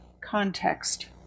context